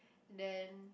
then